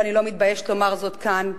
ואני לא מתביישת לומר זאת כאן,